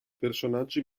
personaggi